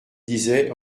disait